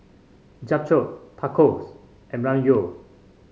Japchae Tacos and Ramyeon